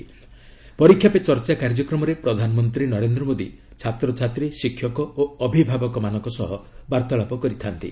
'ପରୀକ୍ଷା ପେ ଚର୍ଚ୍ଚା' କାର୍ଯ୍ୟକ୍ରମରେ ପ୍ରଧାନମନ୍ତ୍ରୀ ନରେନ୍ଦ୍ର ମୋଦୀ ଛାତ୍ରଛାତ୍ରୀ ଶିକ୍ଷକ ଓ ଅବିଭାବକ ମାନଙ୍କ ସହ ବାର୍ତ୍ତାଳାପ କରିଥାନ୍ତି